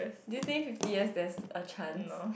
do you think fifty year there's a chance